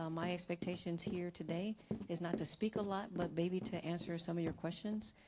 um my expectations here today is not to speak a lot but maybe to answer some of your questions.